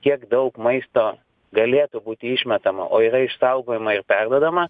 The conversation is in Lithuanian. kiek daug maisto galėtų būti išmetama o yra išsaugojama ir perduodama